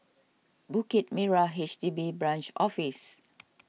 Bukit Merah H D B Branch Office